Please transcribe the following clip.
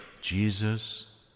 Jesus